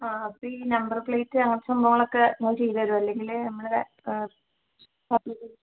ആ അപ്പം ഈ നമ്പർ പ്ലേറ്റ് അങ്ങനത്തെ സംഭവങ്ങളൊക്കെ നിങ്ങൾ ചെയ്തു തരുമോ അല്ലെങ്കിൽ നമ്മൾ